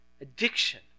addiction